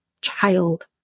child